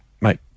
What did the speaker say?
Mate